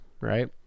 Right